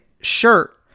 shirt